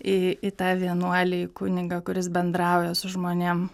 į tą vienuolį į kunigą kuris bendrauja su žmonėm